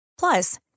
Plus